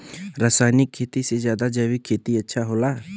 रासायनिक खेती से ज्यादा जैविक खेती अच्छा होला